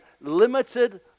limited